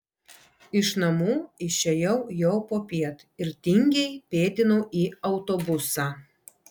iš namų išėjau jau popiet ir tingiai pėdinau į autobusą